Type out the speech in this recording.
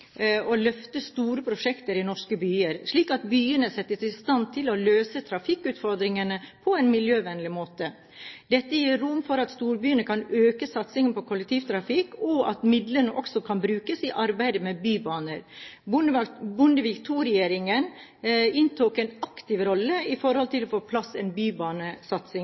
å løfte store prosjekter i norske byer, slik at byene settes i stand til å løse trafikkutfordringene på en miljøvennlig måte. Dette gir rom for at storbyene kan øke satsingen på kollektivtrafikk, og at midlene også kan brukes i arbeidet med bybaner. Bondevik II-regjeringen inntok en aktiv rolle for å få på plass en bybanesatsing